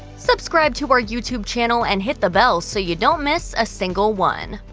subscribe to our youtube channel and hit the bell so you don't miss a single one.